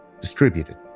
distributed